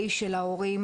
אי של ההורים,